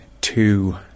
two